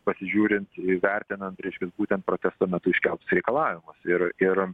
pasižiūrint įvertinant ir išvis būtent protesto metu iškeltus reikalavimus ir ir